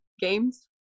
games